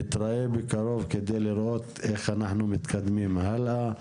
נתראה בקרוב כדי לראות איך אנחנו מתקדמים הלאה.